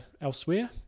elsewhere